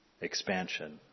Expansion